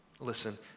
Listen